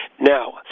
now